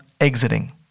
exiting